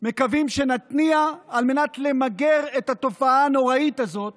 מקווים שנתניע על מנת למגר את התופעה הנוראית הזאת